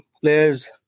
players